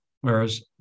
Whereas